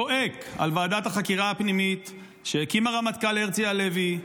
צועק על ועדת החקירה הפנימית שהקים הרמטכ"ל הרצי הלוי,